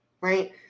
right